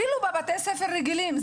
אפילו בבתי הספר הרגילים,